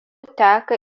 teka